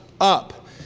up